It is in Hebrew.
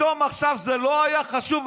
פתאום עכשיו זה לא היה חשוב?